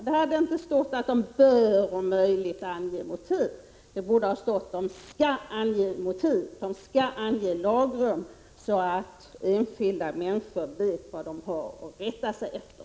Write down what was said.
Det hade inte stått att de bör om möjligt ange motiv, då hade det stått att de skall ange motiv, de skall ange lagrum, så att enskilda människor vet vad de har att rätta sig efter.